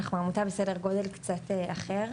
אנחנו עמותה בסדר גודל קצת אחר.